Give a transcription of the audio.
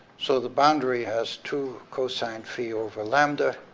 so the boundary has two cosine fee over lambda,